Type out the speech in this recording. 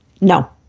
No